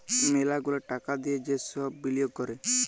ম্যালা গুলা টাকা দিয়ে যে সব বিলিয়গ ক্যরে